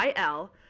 IL